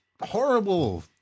horrible